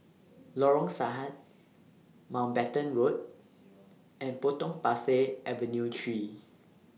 Lorong Sahad Mountbatten Road and Potong Pasir Avenue three